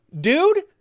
dude